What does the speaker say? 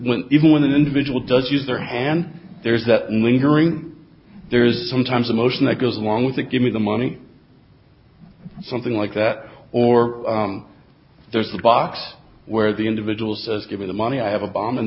when even when an individual does use their hand there is that lingering there is sometimes emotion that goes along with the gimme the money something like that or there's a box where the individuals as given the money i have a bomb and